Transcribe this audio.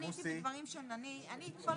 הסעיף הזה בלי הגדרה של ניסיוני, הוא לא אומר